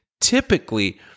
typically